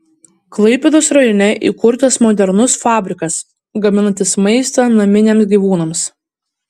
klaipėdos rajone įkurtas modernus fabrikas gaminantis maistą naminiams gyvūnams